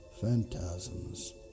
phantasms